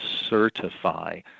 certify